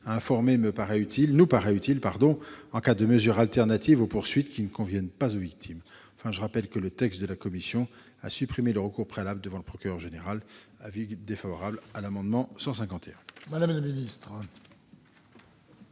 informer nous paraît utile en cas de mesures alternatives aux poursuites qui ne conviennent pas aux victimes. Enfin, je rappelle que le texte de la commission a supprimé le recours préalable devant le procureur général. Quel est l'avis du Gouvernement ? Même avis